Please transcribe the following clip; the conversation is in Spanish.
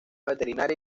veterinaria